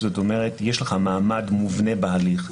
שזה אומר שיש לך מעמד מובנה בהליך,